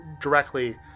directly